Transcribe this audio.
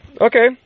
okay